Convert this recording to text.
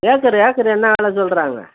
acre acre என்ன வில சொல்கிறாங்க